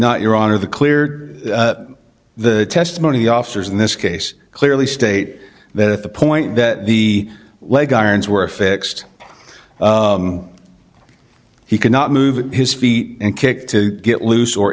not your honor the clear the testimony the officers in this case clearly state that the point that the leg irons were fixed he could not move his feet and kick to get loose or